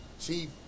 chief